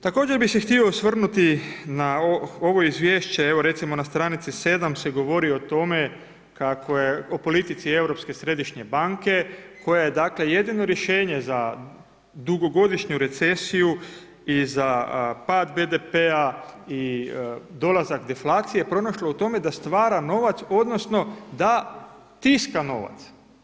Također bi se htio osvrnuti, na ovo izvješće evo, recimo na str. 7 se govori o tome, kako, o politici Europske središnje banke, koja je dakle, jedino rješenje za dugogodišnju recesiju i za pad BDP-a i dolazak deflacije, pronašlo u tome da stvara novac odnosno, da tiska novac.